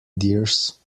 dears